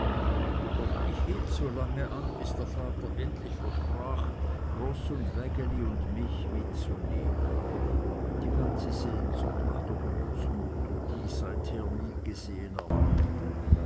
doch ich hielt so lange an bis der vater endlich versprach roß und wägeli und mich mitzunehmen die ganze sehnsucht nach der großmutter die ich seither nie gesehen erwachte